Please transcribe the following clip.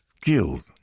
Skills